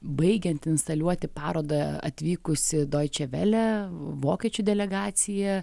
baigiant instaliuoti parodą atvykusi doičevele vokiečių delegacija